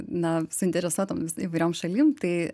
na suinteresuotomis įvairiom šalim tai